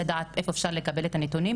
נשמח לדעת היכן ניתן לקבל את הנתונים,